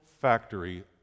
factory